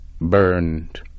burned